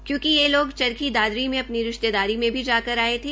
क्योंकि ये लोग चरखी दादरी में अपनी रिश्तेदारी में भी जाकर आए थे